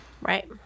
Right